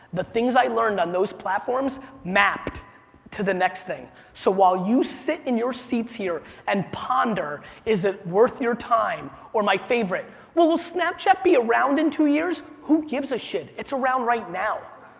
the things that i learned on those platforms mapped to the next thing. so while you sit in your seats here and ponder is it worth your time, or my favorite will will snapchat be around in two years? who gives a shit? it's around right now.